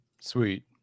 Sweet